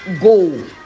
go